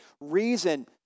reason